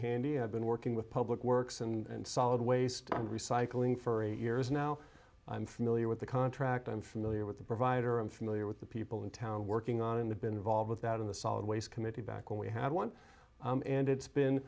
handy i've been working with public works and solid waste recycling for eight years now i'm familiar with the contract i'm familiar with the provider i'm familiar with the people in town working on the been involved with that in the solid waste committee back when we have one and it's been